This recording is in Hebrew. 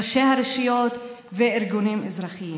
ראשי הרשויות וארגונים אזרחיים,